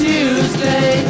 Tuesday